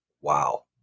wow